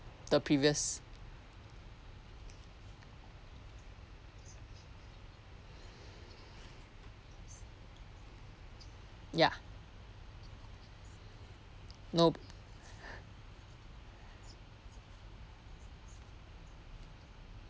the previous ya nope